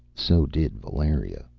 so did valeria,